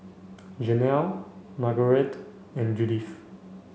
Jenelle Margarete and Judith